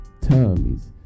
tummies